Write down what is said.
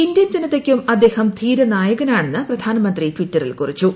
Indian ജനതയ്ക്കും അദ്ദേഹം മൂീരനായകനാണെന്ന് പ്രധാനമന്ത്രി ടിറ്ററിൽ കുറിച്ചു